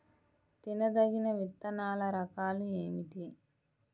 తినదగిన విత్తనాల రకాలు ఏమిటి?